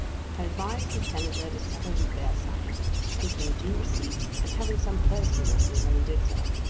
had advised the senator to settle with bearside taking a due receipt and having some person with him when he did so.